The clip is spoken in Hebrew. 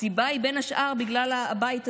הסיבה היא בין השאר בגלל הבית הזה,